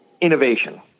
innovation